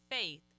faith